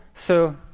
so